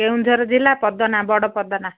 କେଉଁଝର ଜିଲ୍ଲା ପଦନା ବଡ଼ ପଦନା